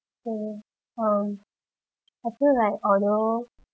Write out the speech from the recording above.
uh um I feel like although